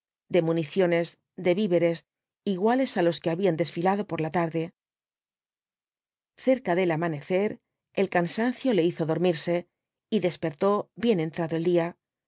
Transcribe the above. de municiones de víveres iguales á los que habían desfilado por la tarde cerca del amanecer el cansancio le hizo dormirse y despertó bien entrado el día